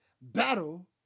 battle